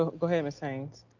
go ahead ms. haynes.